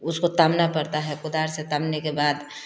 उसको तामना पड़ता है कोदार से तामने के बाद